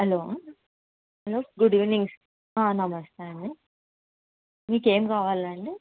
hello hello good evening నమస్తే అండి మీకు ఏం కావాలండి